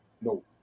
no